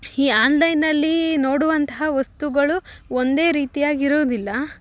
ಈ ಆನ್ಲೈನಲ್ಲಿ ನೋಡುವಂತಹ ವಸ್ತುಗಳು ಒಂದೇ ರೀತಿಯಾಗಿರುವುದಿಲ್ಲಾ